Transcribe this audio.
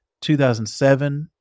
2007